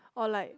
or like